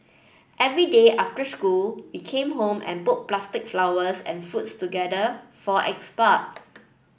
every day after school we came home and put plastic flowers and fruits together for export